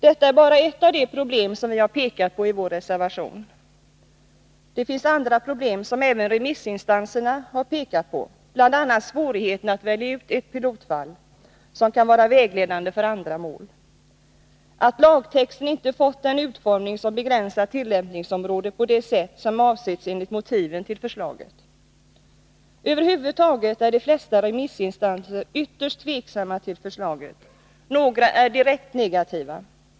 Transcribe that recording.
Detta är bara ett av de problem som vi har pekat på i vår reservation. Det finns andra problem, som även remissinstanserna har pekat på, bl.a. svårigheterna att välja ut ett pilotfall som kan vara vägledande för andra mål och att lagtexten inte har fått den utformning som begränsar tillämpningsområdet på det sätt som avsetts enligt motiven till förslaget. Över huvud taget är de flesta remissinstanser ytterst tveksamma till förslaget, och några är direkt negativa.